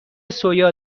سویا